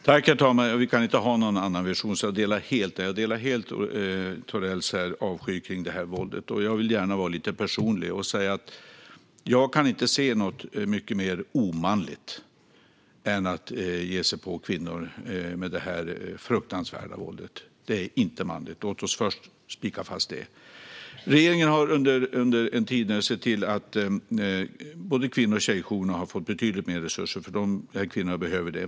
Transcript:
Herr talman! Vi kan inte ha någon annan vision. Jag delar helt Thorells avsky mot detta våld. Jag vill gärna vara lite personlig och säga att jag inte kan se något mer omanligt än att ge sig på kvinnor med detta fruktansvärda våld. Det är inte manligt. Låt oss först spika det. Regeringen har under en tid sett till att kvinno och tjejjourerna har fått betydligt mer resurser, för dessa kvinnor behöver det.